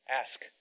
Ask